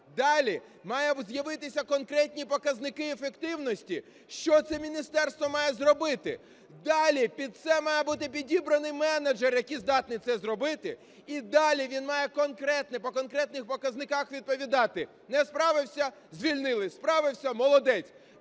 Далі мають з'явитися конкретні показники ефективності, що це міністерство має зробити. Далі під це має бути підібраний менеджер, який здатний це зробити, і далі він має по конкретних показниках відповідати: не справився – звільнили, справився – молодець.